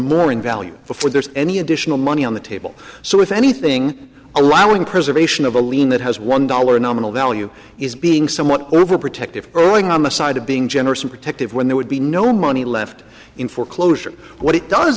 more in value before there's any additional money on the table so if anything allowing preservation of a lien that has one dollar nominal value is being somewhat over protective owing on the side of being generous and protective when there would be no money left in foreclosure what it does